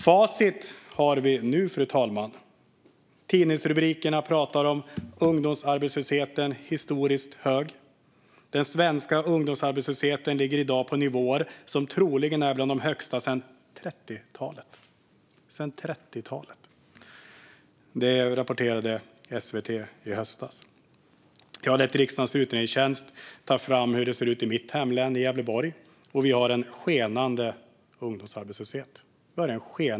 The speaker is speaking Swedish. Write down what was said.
Facit har vi nu, fru talman. Tidningsrubrikerna pratar om att ungdomsarbetslösheten är historiskt hög. Den svenska ungdomsarbetslösheten ligger i dag på nivåer som troligen är bland de högsta sedan 30-talet, rapporterade SVT i höstas. Jag lät riksdagens utredningstjänst ta fram hur det ser ut i mitt hemlän Gävleborg. Vi har en skenande ungdomsarbetslöshet.